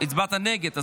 הצבעת נגד?